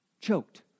choked